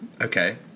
Okay